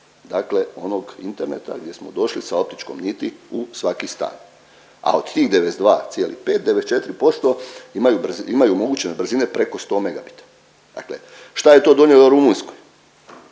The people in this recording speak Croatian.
dakle onog interneta gdje smo došli sa optičkom niti u svaki stan, a od tih 92,5, 94% imaju omogućene brzine preko 100 megabita, dakle šta je to donijelo Rumunjskoj?